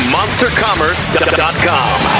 MonsterCommerce.com